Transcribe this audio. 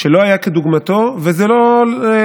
שלא היה כדוגמתו, וזו לא מחמאה.